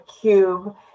cube